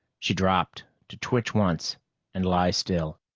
she dropped, to twitch once and lie still.